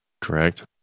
Correct